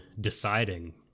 deciding